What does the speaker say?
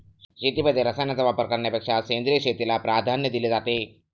शेतीमध्ये रसायनांचा वापर करण्यापेक्षा सेंद्रिय शेतीला प्राधान्य दिले जाते